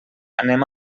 anem